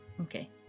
Okay